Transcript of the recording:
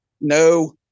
no